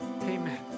Amen